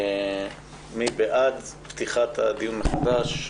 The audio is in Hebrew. מי בעד פתיחת הדיון מחדש?